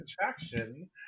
attraction